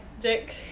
dick